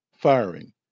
firing